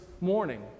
morning